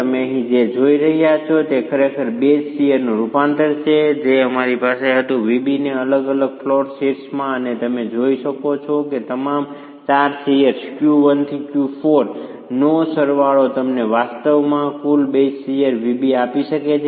તમે અહીં જે જોઈ રહ્યા છો તે ખરેખર બેઝ શીયરનું રૂપાંતર છે જે અમારી પાસે હતું V B ને અલગ અલગ ફ્લોર શીર્સમાં અને તમે જોઈ શકો છો કે તમામ 4 શીયર Q1 થી Q4 નો સરવાળો તમને વાસ્તવમાં કુલ બેઝ શીયર VB આપી શકે છે